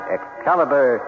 Excalibur